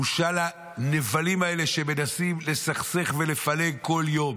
בושה לנבלים האלה, שמנסים לסכסך ולפלג כל יום.